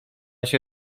się